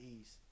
East